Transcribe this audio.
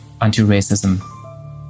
anti-racism